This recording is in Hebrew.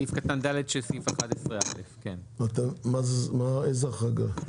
סעיף קטן (ד) של סעיף 11א. איזה החרגה?